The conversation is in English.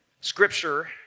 Scripture